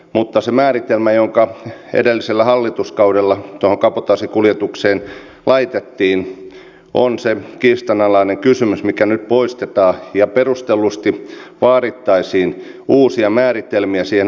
mutta se määritelmä joka edellisellä hallituskaudella tuohon kabotaasikuljetukseen laitettiin on se kiistanalainen kysymys mikä nyt poistetaan ja perustellusti vaadittaisiin uusia määritelmiä siihen aikanaan